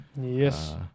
Yes